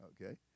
Okay